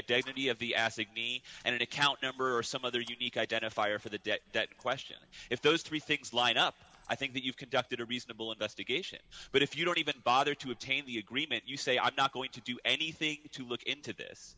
identity of the ask me and account number or some other unique identifier for the debt that question if those three things line up i think that you've conducted a reasonable investigation but if you don't even bother to obtain the agreement you say i'm not going to do anything to look into this